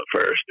first